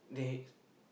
there